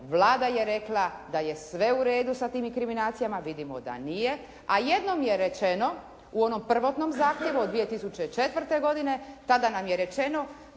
Vlada je rekla da je sve u redu sa tim inkriminacijama, vidimo da nije, a jednom je rečeno u onom prvotnom zahtjevu od 2004. godine, tada nam je rečeno